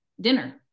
dinner